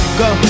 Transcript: go